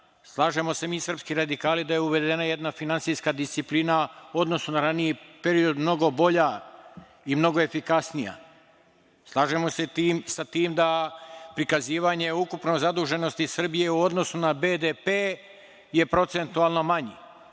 Slažemo se mi srpski radikali da je uvedena jedna finansijska disciplina u odnosu na raniji period mnogo bolja i mnogo efikasnija. Slažemo se sa tim da prikazivanje ukupne zaduženosti Srbije u odnosu na BDP je procentualno manji,